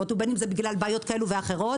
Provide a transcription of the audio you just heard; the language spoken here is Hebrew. או בין אם זה בגלל בעיות כאלה ואחרות,